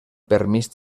permís